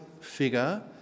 figure